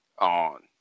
on